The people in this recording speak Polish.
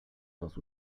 was